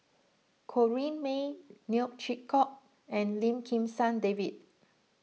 Corrinne May Neo Chwee Kok and Lim Kim San David